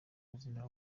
bazemera